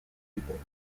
people